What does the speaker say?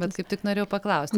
vat kaip tik norėjau paklausti